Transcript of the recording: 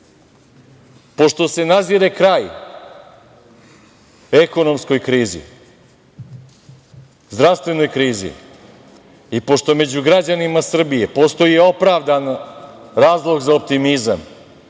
pošto se nazire kraj ekonomskoj krizi, zdravstvenoj krizi i pošto među građanima Srbije postoji opravdan razlog za optimizam,